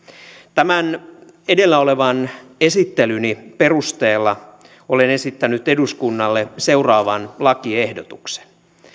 tämän edellä olevan esittelyni perusteella olen esittänyt eduskunnalle seuraavan lakiehdotuksen